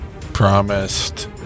promised